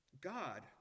God